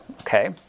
okay